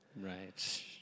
Right